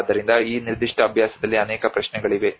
ಆದ್ದರಿಂದ ಈ ನಿರ್ದಿಷ್ಟ ಅಭ್ಯಾಸದಲ್ಲಿ ಅನೇಕ ಪ್ರಶ್ನೆಗಳಿವೆ